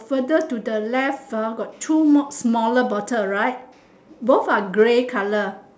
further to the left uh got two much smaller bottle right both are grey colour